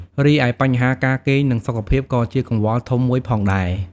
រីឯ បញ្ហាការគេង និងសុខភាព ក៏ជាកង្វល់ធំមួយផងដែរ។